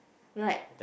right